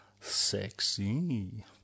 sexy